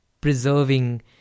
preserving